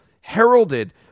heralded